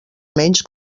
menys